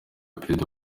perezida